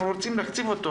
אנחנו רוצים להקציב אותו